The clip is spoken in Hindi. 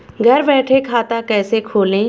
घर बैठे खाता कैसे खोलें?